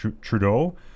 Trudeau